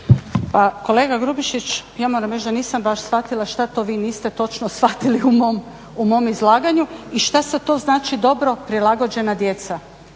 Kolega Grubišić, ja moram reći da nisam baš shvatila šta to vi niste točno shvatili u mom izlaganju i šta sad to znači dobro prilagođena djeca.